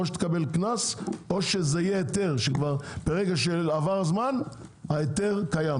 או תקבל קנס או זה יהיה היתר שברגע שעבר הזמן ההיתר קיים.